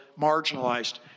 marginalized